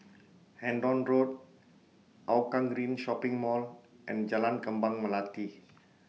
Hendon Road Hougang Green Shopping Mall and Jalan Kembang Melati